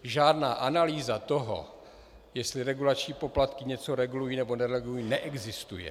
Žádná analýza toho, jestli regulační poplatky něco regulují, nebo neregulují, neexistuje.